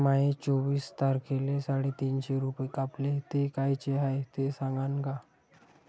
माये चोवीस तारखेले साडेतीनशे रूपे कापले, ते कायचे हाय ते सांगान का?